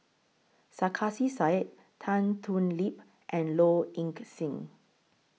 Sarkasi Said Tan Thoon Lip and Low Ing Sing